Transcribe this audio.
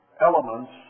elements